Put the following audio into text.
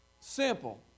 simple